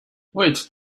wait